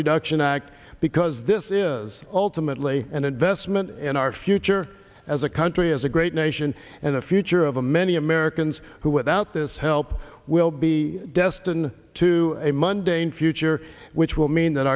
reduction act because this is ultimately an investment in our future as a country as a great nation and the future of a many americans who without this help will be destined to a monday in future which will mean that